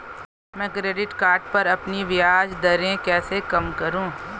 मैं credit card पर अपनी ब्याज दरें कैसे कम करूँ?